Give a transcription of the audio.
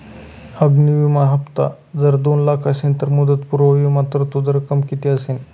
अग्नि विमा हफ्ता जर दोन लाख असेल तर मुदतपूर्व विमा तरतूद रक्कम किती असेल?